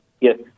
yes